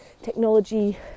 technology